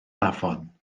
afon